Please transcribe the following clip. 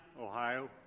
Ohio